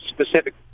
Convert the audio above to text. specific